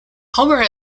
homer